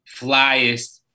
flyest